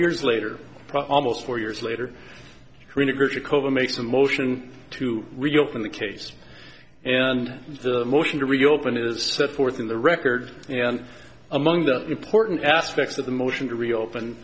years later almost four years later makes a motion to reopen the case and the motion to reopen it is set forth in the record and among the important aspects of the motion to reopen